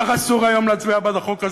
כך אסור היום להצביע בעד החוק.